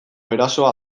erasoa